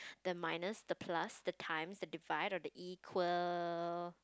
the minus the plus the times the divide the equal